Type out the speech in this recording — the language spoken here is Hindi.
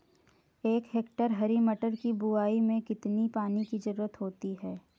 एक हेक्टेयर हरी मटर की बुवाई में कितनी पानी की ज़रुरत होती है?